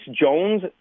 Jones